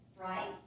right